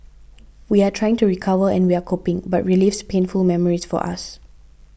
we're trying to recover and we're coping but relives painful memories for us